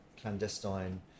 clandestine